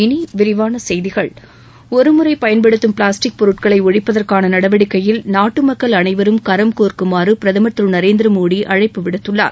இனி விரிவான செய்திகள் ஒருமுறை பயன்படுத்தும் பிளாஸ்டிக் பொருட்களை ஒழிப்பதற்கான நடவடிக்கையில் நாட்டு மக்கள் அனைவரும் கரம் கோர்க்குமாறு பிரதமர் திரு நரேந்திர மோடி அழைப்பு விடுத்துள்ளார்